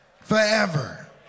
forever